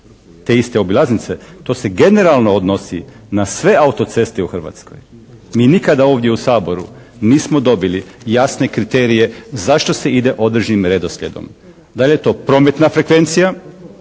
te iste obilaznice. To se generalno odnosi na sve auto-ceste u Hrvatskoj. Mi nikada ovdje u Saboru nismo dobili jasne kriterije zašto se ide određenim redoslijedom. Da li je to prometna frekvencija,